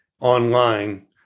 online